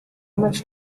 much